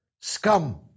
scum